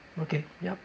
okay yup